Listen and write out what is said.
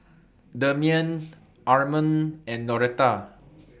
Demian Armond and Noretta